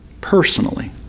personally